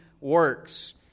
works